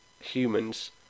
humans